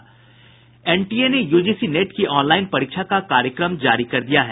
NTA ने UGC NET की online परीक्षा का कार्यक्रम जारी कर दिया है